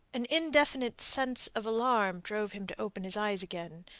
an indefinite sense of alarm drove him to open his eyes again,